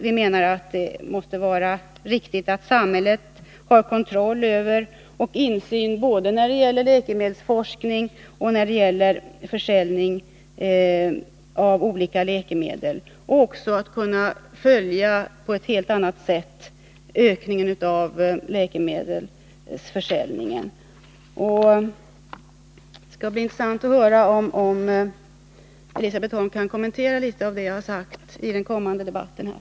Vi menar att det är riktigt att samhället har kontroll och insyn både när det gäller läkemedelsforskning och när det gäller försäljning av olika läkemedel, och att man på ett helt annat sätt skall kunna följa ökningen av läkemedelsförsäljningen. Det skall bli intressant att höra om Elisabet Holm i den kommande debatten kan kommentera litet av det jag sagt.